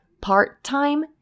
part-time